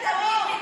תומכת טרור.